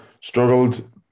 struggled